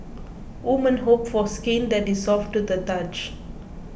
women hope for skin that is soft to the touch